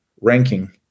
ranking